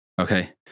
Okay